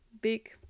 big